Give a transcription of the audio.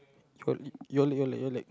your your leg your leg your leg